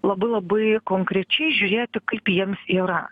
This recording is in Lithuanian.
labai labai konkrečiai žiūrėti kaip jiems yra